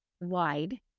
wide